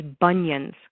bunions